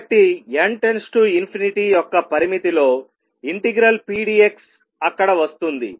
కాబట్టి n → ∞యొక్క పరిమితిలో ∫pdx అక్కడ వస్తుంది